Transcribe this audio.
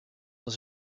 dans